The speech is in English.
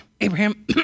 Abraham